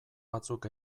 batzuk